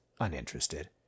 uninterested